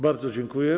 Bardzo dziękuję.